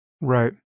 Right